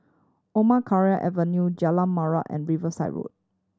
Omar Khayyam Avenue Jalan Murai and Riverside Road